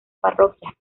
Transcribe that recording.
parroquias